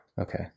Okay